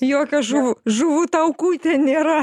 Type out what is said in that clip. jokio žuvų žuvų taukų nėra